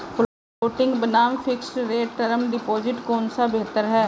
Floating बनाम fixed rate term deposit कौन सा बेहतर है?